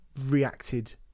reacted